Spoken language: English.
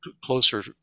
closer